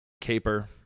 caper